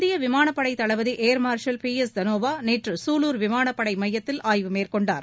இந்திய விமானப்படை தளபதி ஏர்மார்ஷல் பி எஸ் தனோவா நேற்று குலூர் விமானப்படை மையத்தில் ஆய்வு மேற்கொண்டார்